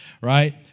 right